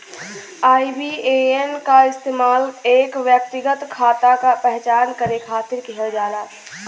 IBAN क इस्तेमाल एक व्यक्तिगत खाता क पहचान करे खातिर किहल जाला